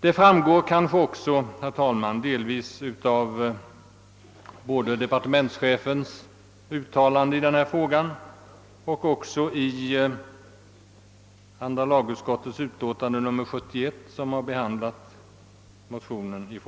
Detta framgår också av departementschefens uttalande i denna fråga men även av andra lagutskottet som i utlåtande nr 71 har behandlat ifrågavarande motion.